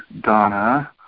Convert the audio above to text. Donna